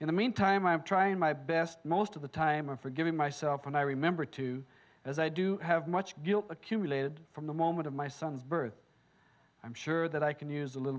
in the meantime i'm trying my best most of the time and forgiving myself when i remember to as i do have much guilt accumulated from the moment of my son's birth i'm sure that i can use a little